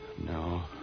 No